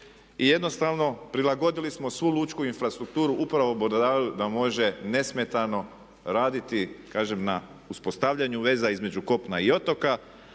i jednostavno prilagodili smo svu lučku infrastrukturu upravo brodarima da može nesmetano raditi kažem na uspostavljanju veza između kopna i otoka